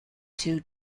two